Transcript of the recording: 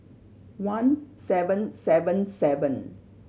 one seven seven seven